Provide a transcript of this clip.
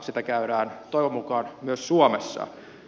sitä käydään toivon mukaan myös suomessa